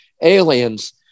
aliens